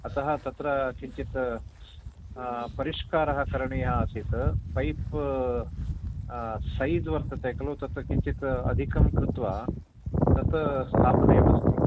अतः तत्र किञ्चित् परिष्कारः करणीयः आसीत् पैप् सैज़् वर्तते खलु तत्र किञ्चित् अधिकं कृत्वा तत् स्थापनीयम् अस्ति